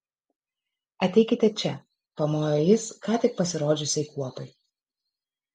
ateikite čia pamojo jis ką tik pasirodžiusiai kuopai